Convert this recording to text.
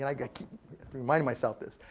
and i keep reminding myself this.